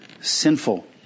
sinful